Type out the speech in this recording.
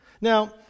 Now